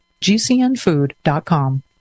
gcnfood.com